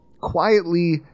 quietly